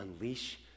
unleash